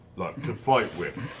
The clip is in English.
like, to fight with,